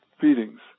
feedings